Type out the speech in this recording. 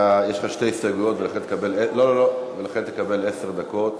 יש לך שתי הסתייגויות, ולכן תקבל עשר דקות.